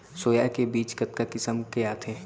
Soya के बीज कतका किसम के आथे?